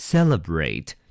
Celebrate